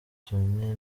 bitumye